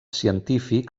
científic